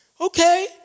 okay